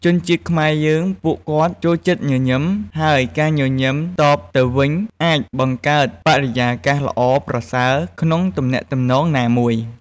ជនជាតិខ្មែរយើងពួកគាត់ចូលចិត្តញញឹម ហើយការញញឹមតបទៅវិញ អាចបង្កើតបរិយាកាសល្អប្រសើរក្នុងទំនាក់ទំនងណាមួយ។